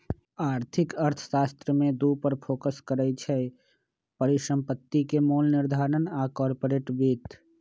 आर्थिक अर्थशास्त्र में दू पर फोकस करइ छै, परिसंपत्ति के मोल निर्धारण आऽ कारपोरेट वित्त